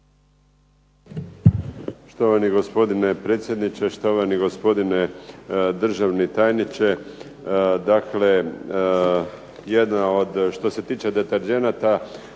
Štovani gospodine predsjedniče, štovani gospodine državni tajniče, dakle, jedna